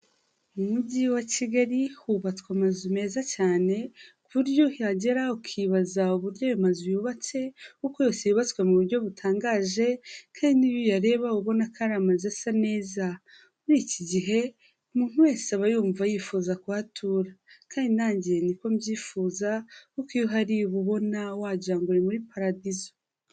Mu mujyi wa Kigali hubatswe amazu meza cyane ku buryo uhagera ukibaza uburyo ayo mazu yubatse kuko yose yubatswe mu buryo butangaje kandi iyo uyareba uba ubona ko ari amazu asa neza, muri iki gihe umuntu wese aba yumva yifuza kuhatura kandi nanjye niko mbyifuza kuko iyo hari uba ubona wagira ngo uri muri paradizo.